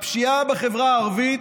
הפשיעה בחברה הערבית,